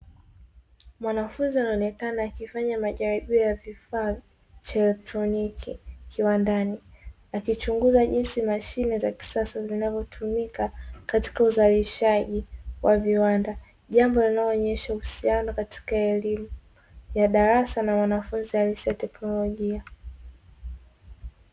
Mwanafunzi anaonekana akifanya majaribio ya vifaa cha kielektroniki, viwandani akichunguza jinsi mashine za kisasa zinavyofanya kazi zinazotumika katika uzalishaji wa viwanda, jambo linaloonesha uhusiano katika elimu ya darasa na ualisia halisi ya teknolojia.